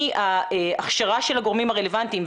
מההכשרה של הגורמים הרלוונטיים,